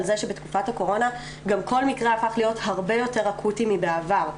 זה שבתקופת הקורונה גם כל מקרה הפך להיות הרבה יותר אקוטי מבעבר.